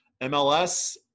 MLS